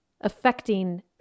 affecting